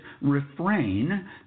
refrain